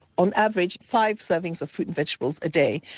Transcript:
on average five servings of fruit and vegetables a day,